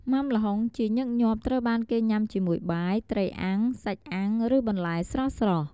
ម៉ាំល្ហុងជាញឹកញាប់ត្រូវបានគេញ៉ាំជាមួយបាយ ត្រីអាំង សាច់អាំង ឬបន្លែស្រស់ៗ។